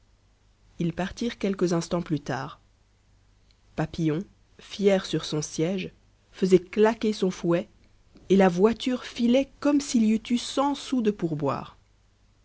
ils partirent quelques instants plus tard papillon fier sur son siège faisait claquer son fouet et la voiture filait comme s'il y eût en cent sous de pourboire